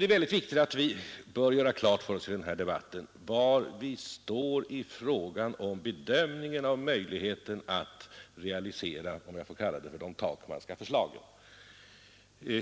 Det är viktigt att vi i den här debatten gör klart för oss var vi står i fråga om bedömningen av möjligheterna att realisera de — om jag får kalla dem så — Takmanska förslagen. Vi